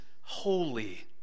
holy